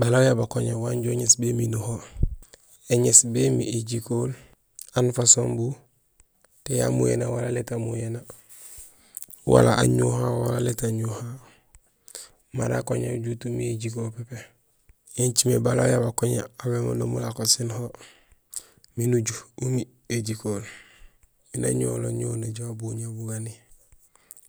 Bala uyaab akoña wan jo uŋéés bémi nuho; éŋéés bémi jikool, aan façon bu, té amuyéna té aléét amuyéna, wala añuhowa wala lét añuhowa; mara akoña ujut umi éjikool pépé. Yo écimé bala ujaab akoña aw bémundum ulako sén ho miin uju umi éjikool imbi nañuhoowlo ñuho naju abuña bugani.